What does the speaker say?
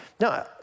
No